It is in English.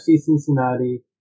Cincinnati